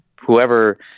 whoever